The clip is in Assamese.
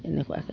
এনেকুৱাকৈ